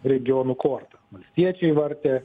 regionų kortą valstiečiai vartė